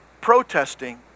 Protesting